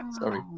Sorry